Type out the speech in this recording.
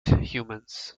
humans